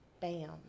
Bam